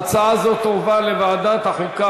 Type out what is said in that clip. ההצעה הזאת תועבר לוועדת החוקה,